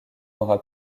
n’aura